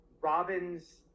Robin's